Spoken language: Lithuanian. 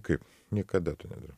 kaip niekada to nedarau